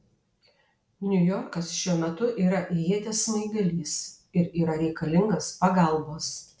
niujorkas šiuo metu yra ieties smaigalys ir yra reikalingas pagalbos